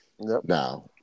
Now